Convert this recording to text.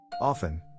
Often